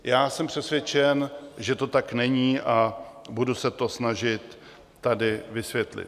Já jsem přesvědčen, že to tak není, a budu se to snažit tady vysvětlit.